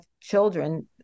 children